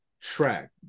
track